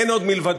אין עוד מלבדו,